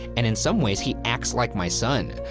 and in some ways he acts like my son,